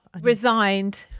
Resigned